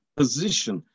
position